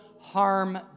harm